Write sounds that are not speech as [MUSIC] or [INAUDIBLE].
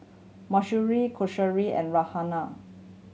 Mahsuri [UNINTELLIGIBLE] and Raihana